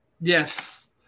yes